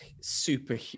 super